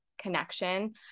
connection